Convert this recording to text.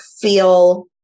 feel